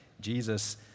Jesus